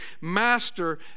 master